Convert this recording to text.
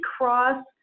cross